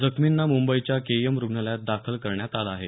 जखमींना मुंबईच्या केईएम रूग्णालयात दाखल करण्यात आलं आहे